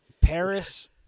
Paris